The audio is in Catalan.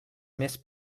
mes